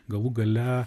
galų gale